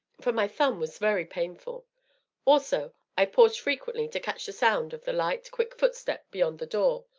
for my thumb was very painful also i paused frequently to catch the sound of the light, quick footstep beyond the door,